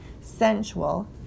sensual